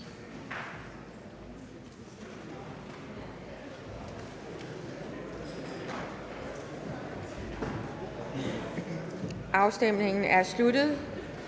Afstemningen er sluttet.